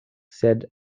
sed